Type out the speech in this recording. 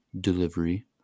delivery